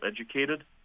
educated